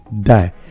die